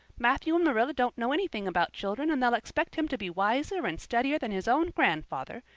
matthew and marilla don't know anything about children and they'll expect him to be wiser and steadier that his own grandfather,